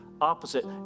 opposite